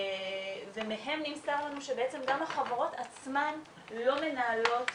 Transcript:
ומהם נמסר לנו שגם החברות עצמן לא מנהלות